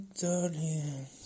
darling